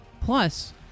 Plus